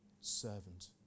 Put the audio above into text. servant